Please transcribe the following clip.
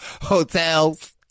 hotels